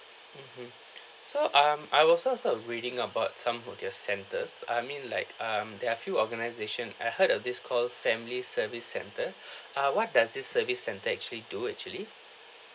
mmhmm so um I was also reading about some of your centres I mean like um there are few organisation I heard of this called family service centre ah what does this service centre actually do actually